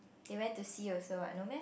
they went to see also what no meh